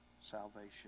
salvation